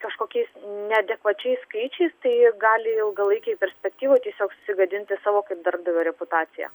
kažkokiais neadekvačiais skaičiais tai gali ilgalaikėj perspektyvoj tiesiog susigadinti savo kaip darbdavio reputaciją